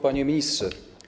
Panie Ministrze!